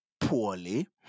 poorly